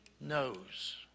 knows